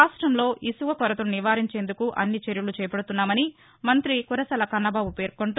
రాష్టంలో ఇసుక కొరతను నివారించేందుకు అన్ని చర్యలు చేపడుతున్నామని మంత్రి కురసాల కన్నబాబు పేర్కొంటూ